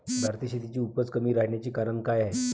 भारतीय शेतीची उपज कमी राहाची कारन का हाय?